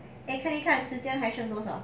eh 可以看时间还是剩多少